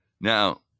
Now